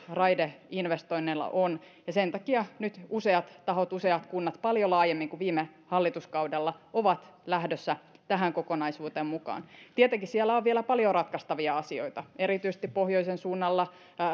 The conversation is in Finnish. raideinvestoinneilla on ja sen takia nyt useat tahot useat kunnat paljon laajemmin kuin viime hallituskaudella ovat lähdössä tähän kokonaisuuteen mukaan tietenkin siellä on vielä paljon ratkaistavia asioita erityisesti pohjoisen suunnalla